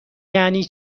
یعنی